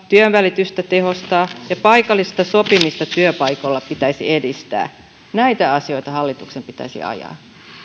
työnvälitystä tehostaa ja paikallista sopimista työpaikoilla pitäisi edistää näitä asioita hallituksen pitäisi ajaa